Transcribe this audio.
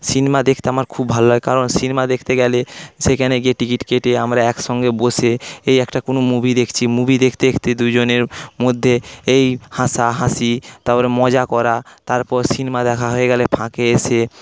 cinema দেখতে আমার খুব ভালো লাগে কারণ সিনেমা দেখতে গেলে সেইখানে গিয়ে টিকিট কেটে আমরা একসঙ্গে বসে এই একটা কোন মুভি দেখছি মুভি দেখতে দেখতে দুজনের মধ্যে এই হাসাহাসি তারপরে মজা করা তারপর সিনেমা দেখা হয়ে গেলে ফাঁকে এসে